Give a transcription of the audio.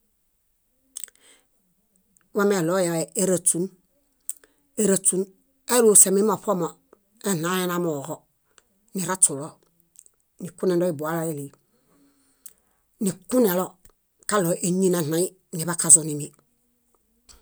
Wameɭoyahe éraśun. Éraśun eluuse mimoṗomo: eɭayenamooġo, niraśulo, nikunendo ibolaili, nikunelo kaɭo éñi neɭaĩ niḃakazunimi.